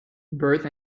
birth